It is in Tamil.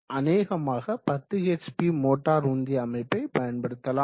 அநேகமாக 10 ஹெச்பி ல் மோட்டார் உந்தி அமைப்பை பயன்படுத்தலாம்